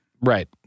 Right